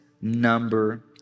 number